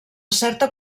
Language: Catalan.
certa